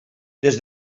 des